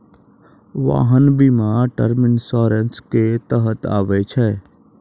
वाहन बीमा term insurance के तहत आबै छै